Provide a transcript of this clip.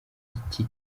iki